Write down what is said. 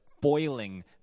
boiling